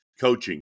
coaching